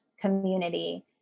community